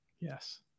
Yes